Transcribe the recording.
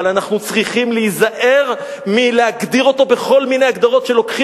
אבל אנחנו צריכים להיזהר מלהגדיר אותו בכל מיני הגדרות שלוקחות